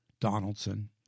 Donaldson